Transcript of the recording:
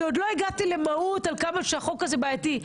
אני עוד לא הגעתי למהות עד כמה שהחוק הזה בעייתי,